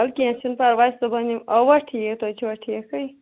وَلہٕ کیٚنٛہہ چھُنہٕ پَرواے صُبحَن یِمہٕ اَوا ٹھیٖک تُہۍ چھِوا ٹھیٖکھٕے